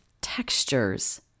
textures